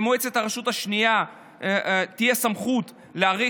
למועצת הרשות השנייה תהיה סמכות להאריך,